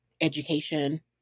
education